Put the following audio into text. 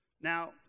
now